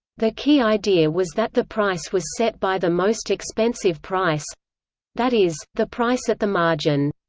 the key idea was that the price was set by the most expensive price that is, the price at the margin.